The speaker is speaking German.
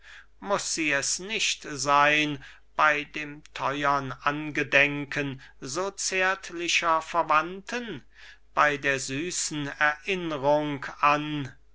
muß sie es nicht sein bei dem teuern angedenken so zärtlicher verwandten bei der süßen erinnrung an